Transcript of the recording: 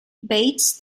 bates